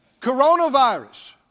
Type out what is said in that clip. Coronavirus